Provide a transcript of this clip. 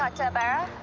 ah to abara?